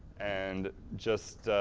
and just-you